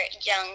young